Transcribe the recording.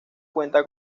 cuenta